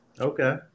Okay